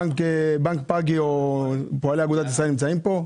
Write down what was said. בנק פאגי או פועלי אגודת ישראל, נמצאים פה?